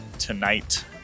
Tonight